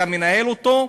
היה מנהל אותו,